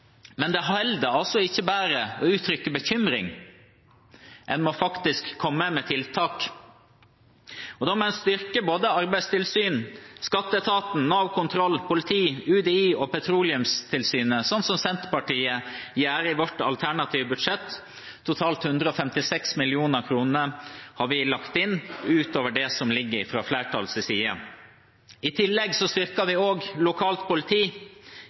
Men det holder ikke bare å uttrykke bekymring, en må faktisk komme med tiltak. Da må en styrke både Arbeidstilsynet, Skatteetaten, Nav Kontroll, politiet, UDI og Petroleumstilsynet, sånn som vi i Senterpartiet gjør i vårt alternative budsjett – totalt 156 mill. kr har vi lagt inn utover det som ligger i budsjettet fra flertallet. I tillegg styrker vi lokalt politi